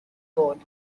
board